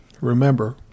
Remember